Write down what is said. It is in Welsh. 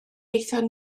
aethon